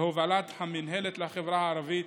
בהובלת המינהלת לחברה הערבית